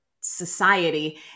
society